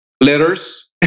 letters